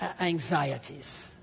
anxieties